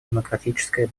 демократическое